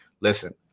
listen